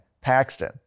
Paxton